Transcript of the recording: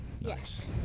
Yes